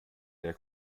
der